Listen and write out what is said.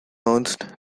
ernst